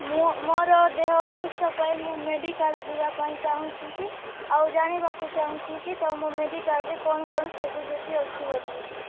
ମୁଁ ମୋର ଦେହର ଅସୁସ୍ଥ ପାଇଁ ମୁଁ ମେଡିକାଲ୍ ଯିବା ପାଇଁ ଚାହୁଁଛି କି ଆଉ ଜାଣିବାକୁ ଚାହୁଁଛି କି ତୁମ ମେଡିକାଲ୍ରେ କ'ଣ କ'ଣ ଫାସିଲିଟି ଅଛି ବୋଲି